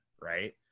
right